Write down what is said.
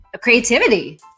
creativity